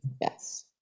yes